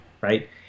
right